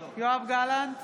יואב גלנט,